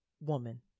woman